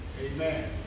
Amen